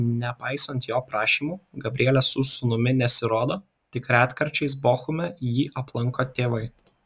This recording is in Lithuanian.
nepaisant jo prašymų gabrielė su sūnumi nesirodo tik retkarčiais bochume jį aplanko tėvai